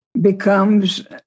becomes